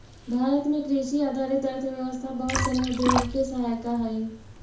भारत में कृषि आधारित अर्थव्यवस्था बहुत सनी उद्योग के सहायिका हइ